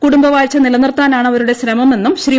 കുടുംബവാഴ്ച നിലനിർത്താനാണ് അവരുടെ ശ്രമമെന്നും ശ്രീ